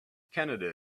canada